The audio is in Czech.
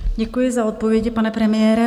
Děkuji za odpovědi, pane premiére.